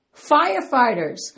firefighters